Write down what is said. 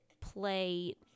play